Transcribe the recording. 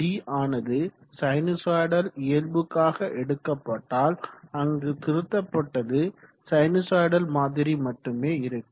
d ஆனது sinusoidal இயல்புக்காக எடுக்கப்பட்டால் அங்கு திருத்தப்பட்டது சைனுசொய்டல் மாதிரி மட்டுமே இருக்கும்